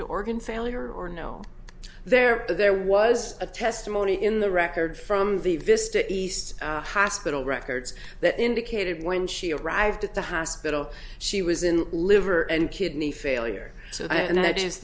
to organ failure or no there there was a testimony in the record from the vista east hospital records that indicated when she arrived at the hospital she was in liver and kidney failure so that is